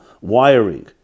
wiring